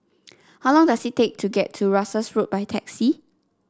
how long does it take to get to Russels Road by taxi